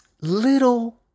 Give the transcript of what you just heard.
Little